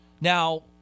Now